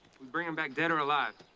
we bring them back dead or alive?